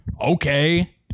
Okay